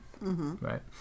right